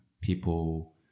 people